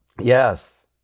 Yes